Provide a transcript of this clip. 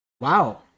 Wow